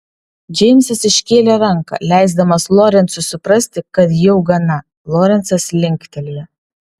džeimsas iškėlė ranką leisdamas lorencui suprasti kad jau gana lorencas linktelėjo